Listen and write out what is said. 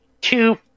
two